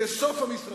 זה סוף המשרדים.